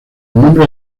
nombres